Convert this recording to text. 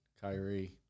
Kyrie